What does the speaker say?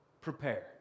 prepare